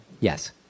yes